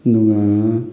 ꯑꯗꯨꯒ